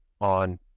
on